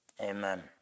Amen